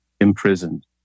imprisoned